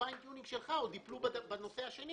בכוונון העדין שלך הן עוד ייכללו בנושא השני